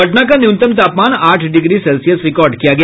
पटना का न्यूनतम तापमान आठ डिग्री सेल्सियस रिकार्ड किया गया